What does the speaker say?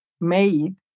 made